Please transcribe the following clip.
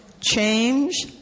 Change